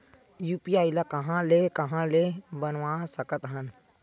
UPI ल कहां ले कहां ले बनवा सकत हन?